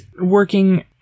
working